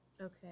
Okay